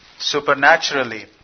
Supernaturally